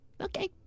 Okay